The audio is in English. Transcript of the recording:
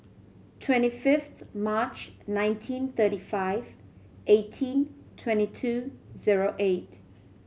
twenty fifth March nineteen thirty five eighteen twenty two zero eight